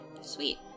sweet